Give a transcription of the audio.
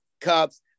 cups